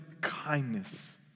kindness